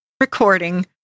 recording